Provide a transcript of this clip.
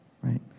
right